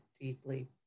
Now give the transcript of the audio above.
deeply